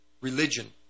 religion